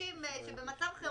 מבקשת ביחס לעוטף עזה.